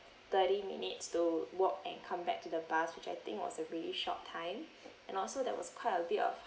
thirty minutes to walk and come back to the bus which I think was a really short time and also there was quite a bit of